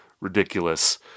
ridiculous